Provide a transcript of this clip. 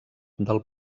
del